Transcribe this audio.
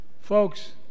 Folks